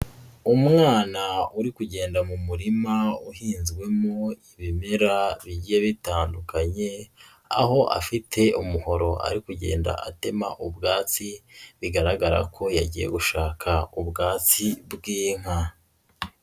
Umwana uri kugenda mu murima uhinzwemo ibimera bijye bitandukanye, aho afite umuhoro ari kugenda atema ubwatsi, bigaragara ko yagiye gushaka ubwatsi bw'inka.